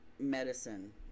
medicine